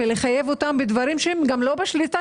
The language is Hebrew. ולחייב אותם על דברים שהם גם לא בשליטה